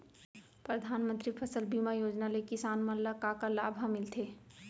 परधानमंतरी फसल बीमा योजना ले किसान मन ला का का लाभ ह मिलथे?